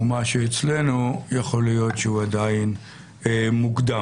ומה שאצלנו יכול להיות שהוא עדיין מוקדם.